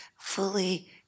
fully